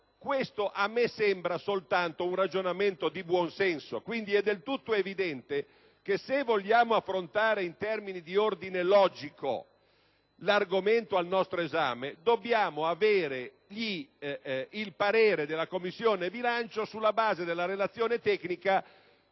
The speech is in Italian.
Questo a me sembra soltanto un ragionamento di buon senso quindi è palese che se vogliamo affrontare in termini di ordine logico l'argomento al nostro esame, dobbiamo conoscere il parere della Commissione bilancio sulla base della relazione tecnica